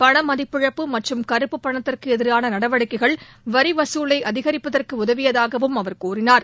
பண மதிப்பிழப்பு மற்றும் கறுப்புப் பணத்திற்கு எதிரான நடவடிக்கைகள் வரி வசூலை அதிகரிப்பதற்கு உதவியதாகவும் அவர் கூறினார்